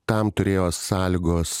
tam turėjo sąlygos